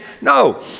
No